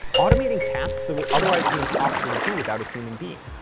automating tasks that would otherwise be impossible to do without a human being.